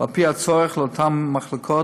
ועל פי הצורך לאותן מחלקות,